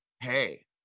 hey